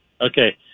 Okay